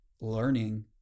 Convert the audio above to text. learning